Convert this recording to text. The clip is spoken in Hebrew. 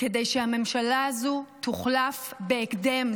כדי שהממשלה הזו תוחלף בהקדם.